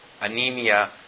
anemia